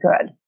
good